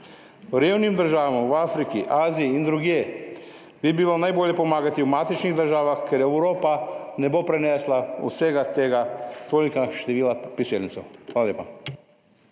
Revnim državam v Afriki, Aziji in drugje, bi bilo najbolje pomagati v matičnih državah, ker Evropa ne bo prenesla vsega tega, toliko števila priseljencev. Hvala lepa.